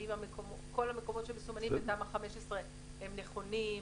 האם כל המקומות שמסומנים בתמ"א 15 הם נכונים,